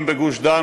אם בגוש-דן,